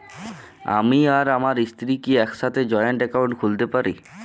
আমি আর আমার স্ত্রী কি একসাথে জয়েন্ট অ্যাকাউন্ট খুলতে পারি?